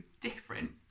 different